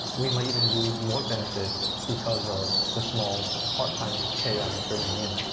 we might even lose more benefit because of the small part-time pay i'm bringing in.